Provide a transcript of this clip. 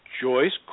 Joyce